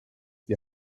die